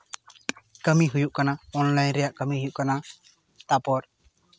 ᱠᱟᱹᱢᱤ ᱦᱩᱭᱩᱜ ᱠᱟᱱᱟ ᱚᱱᱞᱟᱭᱤᱱ ᱨᱮᱭᱟᱜ ᱠᱟᱹᱢᱤ ᱦᱩᱭᱩᱜ ᱠᱟᱱᱟ ᱛᱟᱨᱯᱚᱨ